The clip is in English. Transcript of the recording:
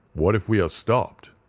what if we are stopped,